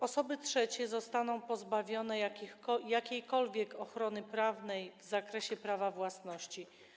Osoby trzecie zostaną pozbawione jakiejkolwiek ochrony prawnej w zakresie prawa własności.